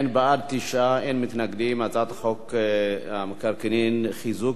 ההצעה להעביר את הצעת חוק המקרקעין (חיזוק